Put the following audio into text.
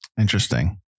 Interesting